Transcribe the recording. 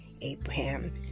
Abraham